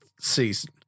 season